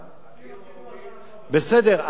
בסדר,